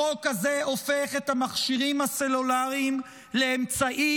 החוק הזה הופך את המכשירים הסלולריים לאמצעי